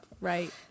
right